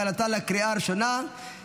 אושרה בקריאה ראשונה ותעבור לדיון בוועדת